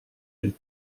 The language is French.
les